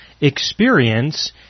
experience